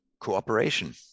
cooperation